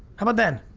how about then?